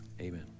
amen